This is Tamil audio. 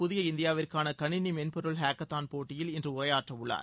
புதிய இந்தியாவிற்கான கணினி மென்பொருள் ஹேக்கத்தான் போட்டியில் இன்று உரையாற்றவுள்ளார்